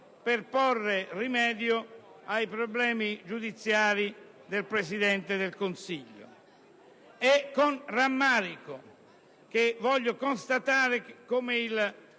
per porre rimedio ai problemi giudiziari del Presidente del Consiglio. È con rammarico che constatiamo come il